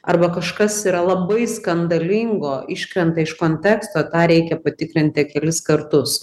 arba kažkas yra labai skandalingo iškrenta iš konteksto tą reikia patikrinti kelis kartus